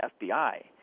FBI